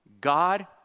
God